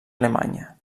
alemanya